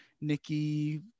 Nikki